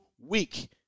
week